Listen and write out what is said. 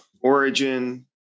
origin